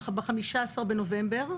ב-15 בנובמבר,